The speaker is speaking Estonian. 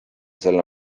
selle